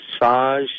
massage